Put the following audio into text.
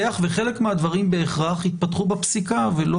את הסוגיה; בהכרח חלק מהדברים יתפתחו בפסיקה ולא